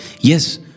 Yes